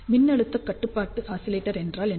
மின்னழுத்த கட்டுப்பாட்டு ஆஸிலேட்டர் என்றால் என்ன